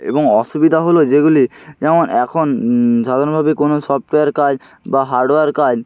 এবং অসুবিধা হলো যেগুলি যেমন এখন সাধারণভাবে কোনো সফটওয়্যার কাজ বা হার্ডওয়্যার কাজ